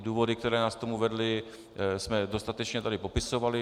Důvody, které nás k tomu vedly, jsme dostatečně tady popisovali.